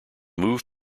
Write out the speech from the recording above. move